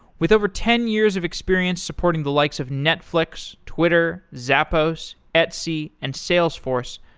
with over ten years of experience supporting the likes of netflix, twitter, zappos, etsy, and salesforce,